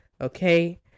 Okay